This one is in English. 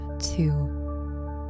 two